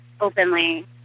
openly